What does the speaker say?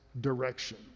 direction